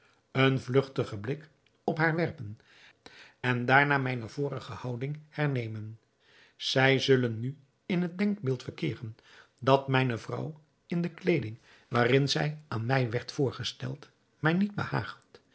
een vlugtigen blik op haar werpen en daarna mijne vorige houding hernemen zij zullen nu in het denkbeeld verkeeren dat mijne vrouw in de kleeding waarin zij aan mij werd voorgesteld mij niet